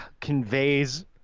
conveys